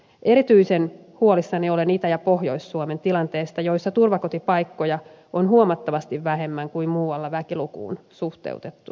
erityisen huolissani olen itä ja pohjois suomen tilanteesta joissa turvakotipaikkoja on huomattavasti vähemmän kuin muualla väkilukuun suhteutettuna